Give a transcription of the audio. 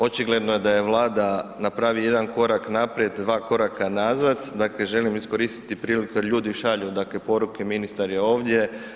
Očigledno je da je Vlada, napravi jedan korak naprijed, dva koraka nazad, dakle želim iskoristiti priliku jer ljudi šalju dakle poruke, ministar je ovdje.